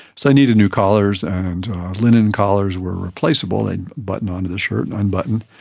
so needed new collars, and linen collars were replaceable, they'd button onto the shirt and unbutton,